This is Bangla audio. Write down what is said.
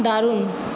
দারুণ